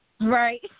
Right